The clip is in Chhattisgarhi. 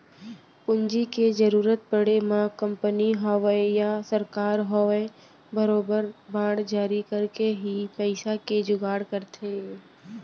पूंजी के जरुरत पड़े म कंपनी होवय या सरकार होवय बरोबर बांड जारी करके ही पइसा के जुगाड़ करथे